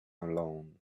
alone